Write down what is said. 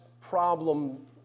problem